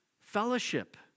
fellowship